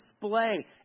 display